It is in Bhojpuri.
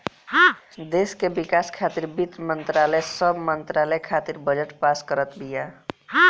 देस के विकास खातिर वित्त मंत्रालय सब मंत्रालय खातिर बजट पास करत बिया